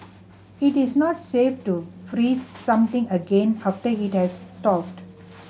it is not safe to freeze something again after it has thawed